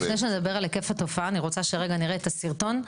אני רוצה שרגע נראה את הסרטון,